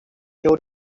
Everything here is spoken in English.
your